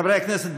חברי הכנסת,